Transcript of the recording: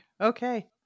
Okay